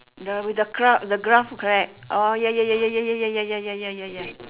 ya with the gra~ the graph correct ah ya ya ya ya ya ya ya ya ya ya